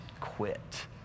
quit